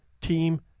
team